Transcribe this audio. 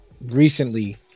recently